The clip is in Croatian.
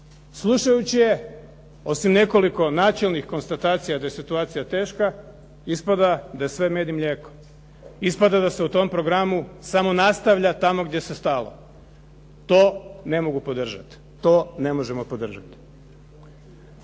Slušajući je osim nekoliko načelnik konstatacija da je situacija teška ispada da je sve med i mlijeko, ispada da se u tom programu samo nastavlja tamo gdje se stalo. To ne mogu podržati, to ne možemo podržati.